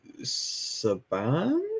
Saban